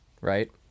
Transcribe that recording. right